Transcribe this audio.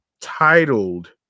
titled